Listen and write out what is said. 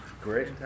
Great